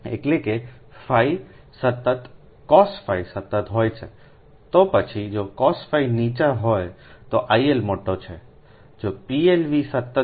એટલે કેφસતતCOSφસતત હોય છે તો પછી જોCOSφનીચા હોય તોILમોટી છે જોPLV સતત